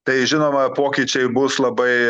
tai žinoma pokyčiai bus labai